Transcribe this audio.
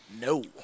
No